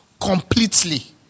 completely